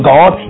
God